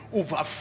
over